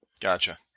Gotcha